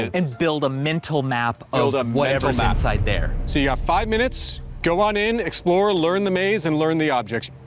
and build a mental map of um whatever is ah inside there. so you have five minutes, go on in explore, learn the maze and learn the objects.